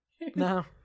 No